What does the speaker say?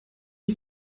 die